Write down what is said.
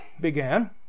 began